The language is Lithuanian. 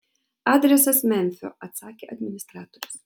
adresas memfio atsakė administratorius